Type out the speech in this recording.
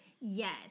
Yes